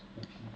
O_P